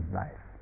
life